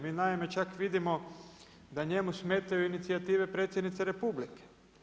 Mi naime čak vidimo da njemu smetaju inicijative predsjednice Republike.